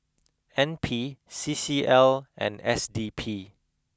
N P C C L and S D P